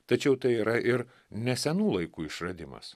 tačiau tai yra ir ne senų laikų išradimas